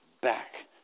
back